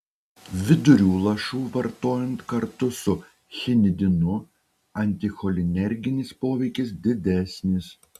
vidurių lašų vartojant kartu su chinidinu anticholinerginis poveikis didesnis